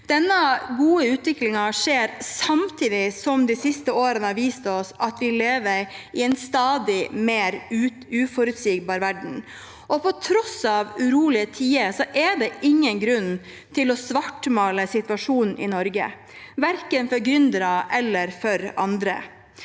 Denne gode utviklingen skjer samtidig som de siste årene har vist oss at vi lever i en stadig mer uforutsigbar verden. På tross av urolig tider er det ingen grunn til å svartmale situasjonen i Norge, verken for gründere eller for andre.